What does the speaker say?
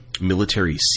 Military